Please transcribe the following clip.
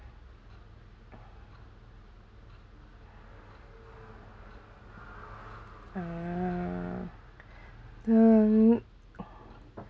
ah mm